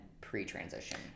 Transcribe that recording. pre-transition